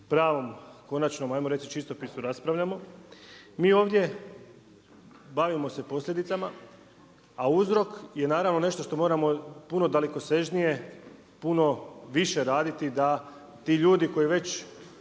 pravom konačnom ajmo reći čistopisu raspravljamo. Mi ovdje bavimo se posljedicama, a uzrok je naravno nešto što moramo puno dalekosežnije, puno više raditi da ti ljudi koji već